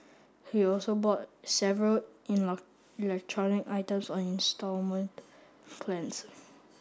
he also bought several electronic items on instalment plans